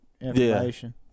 information